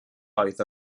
roedd